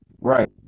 Right